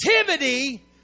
activity